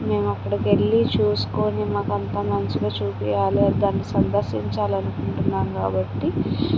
మేం అక్కడికి వెళ్ళి చూసుకుని మాకు అంత మంచిగా చూపియ్యాలి దాన్ని సందర్సించాలి అనుకుంటున్నాం కాబట్టి